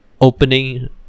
opening